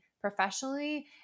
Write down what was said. professionally